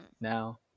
now